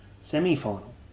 semi-final